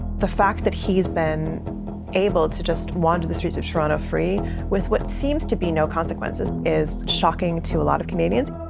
the fact that he's been able to just wander the streets of toronto free with what seems to be no consequences is shocking to a lot of canadians.